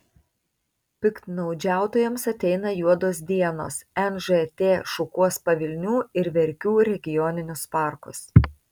piktnaudžiautojams ateina juodos dienos nžt šukuos pavilnių ir verkių regioninius parkus